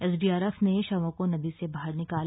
SDRF ने शवों को नदी से बाहर निकाला